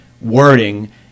wording